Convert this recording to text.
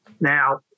Now